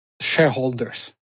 shareholders